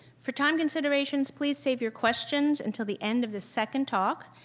for time considerations, please save your questions until the end of the second talk.